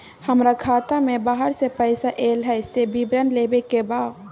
हमरा खाता में बाहर से पैसा ऐल है, से विवरण लेबे के बा?